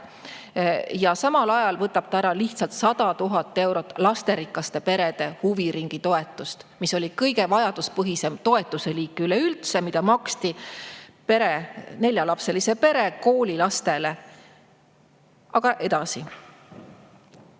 Samal ajal võtab ta lihtsalt ära 100 000 eurot lasterikaste perede huviringitoetust. See oli üleüldse kõige vajaduspõhisem toetuse liik, mida maksti neljalapselise pere koolilastele. Aga edasi.